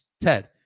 Ted